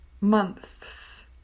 months